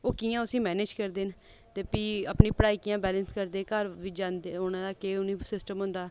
ओह् कि'यां उसी मैनेज करदे न ते फ्ही अपनी पढ़ाई कि'यां बैलेंस करदे घर बी जाने औने दा केह् उनें दा सिस्टम होंदा